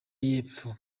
yepfo